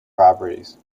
properties